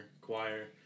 choir